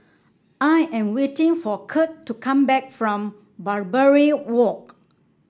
I am waiting for Kurt to come back from Barbary Walk